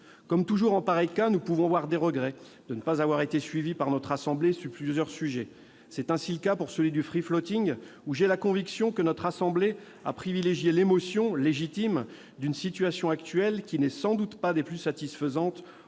Comme toujours en pareil cas, nous pouvons nourrir des regrets de ne pas avoir été suivis par notre assemblée sur plusieurs points. C'est le cas pour le, sujet sur lequel j'ai la conviction que notre assemblée a privilégié l'émotion- légitime -d'une situation actuelle, qui n'est sans doute pas des plus satisfaisantes, au